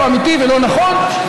לא אמיתי ולא נכון.